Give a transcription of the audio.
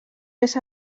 més